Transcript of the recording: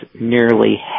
nearly